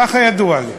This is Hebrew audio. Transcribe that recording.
ככה ידוע לי.